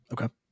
Okay